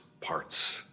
parts